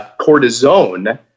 cortisone